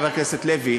חבר הכנסת לוי,